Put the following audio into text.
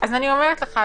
אז אני אומרת לך,